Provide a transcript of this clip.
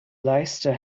leicester